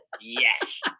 Yes